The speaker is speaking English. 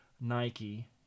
Nike